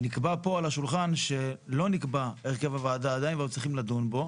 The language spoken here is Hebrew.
ונקבע פה על השולחן שלא נקבע הרכב הוועדה עדיין ועוד צריכים לדון בו.